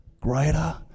Greater